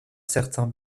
certains